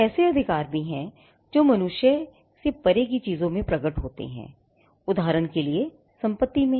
कुछ ऐसे अधिकार भी हैं जो मनुष्य से परे की चीजों में प्रकट होते हैं उदाहरण के लिए संपत्ति में